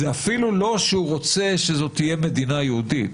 זה אפילו לא שהוא רוצה שזו תהיה מדינה יהודית,